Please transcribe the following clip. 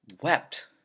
wept